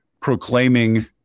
proclaiming